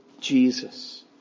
Jesus